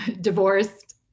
divorced